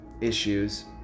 issues